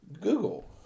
Google